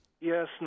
Yes